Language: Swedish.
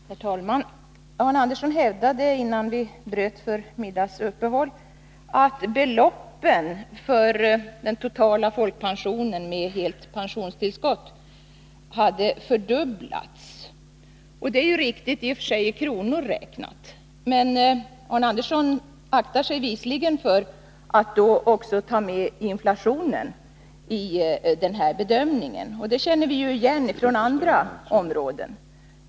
Herr talman! Arne Andersson i Gustafs hävdade, innan vi bröt för middagsuppehåll, att beloppen för den totala folkpensionen med helt pensionstillskott hade fördubblats. Det är riktigt i och för sig, i kronor räknat. Men Arne Andersson aktar sig visligen för att också ta med inflationen i den bedömningen. Och det känner vi igen från andra områden.